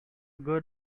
good